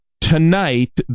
tonight